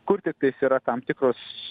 kur tiktais yra tam tikros